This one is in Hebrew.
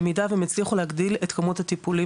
במידה והם הצליחו להגדיל את כמות הטיפולים